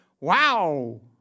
Wow